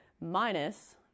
minus